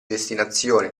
destinazione